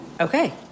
Okay